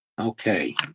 Okay